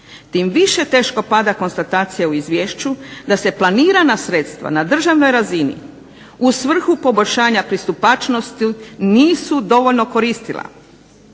Tim više teško pada konstatacija u izvješću da se planirana sredstva na državnoj razini u svrhu poboljšanja pristupačnosti nisu dovoljno koristila